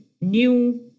new